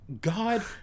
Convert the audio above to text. god